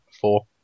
Four